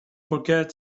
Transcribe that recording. forget